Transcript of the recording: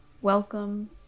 Welcome